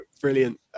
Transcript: brilliant